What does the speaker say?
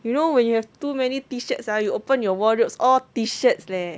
you know when you have too many T-shirts ah you open your wardrobe all T-shirt leh